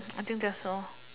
I think that's all